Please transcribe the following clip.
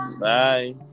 Bye